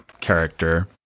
character